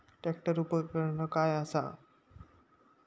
Tractor उपकरण काय असा?